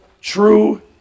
true